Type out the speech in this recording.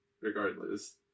regardless